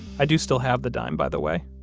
i do still have the dime, by the way.